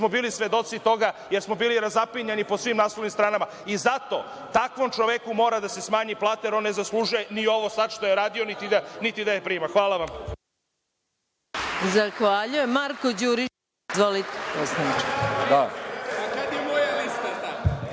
smo bili svedoci toga jer smo bili razapinjani po svim naslovnim stranama. Zato takvom čoveku mora da se smanji plata jer on ne zaslužuje ni ovo sad što je radio, niti da je prima. Hvala vam.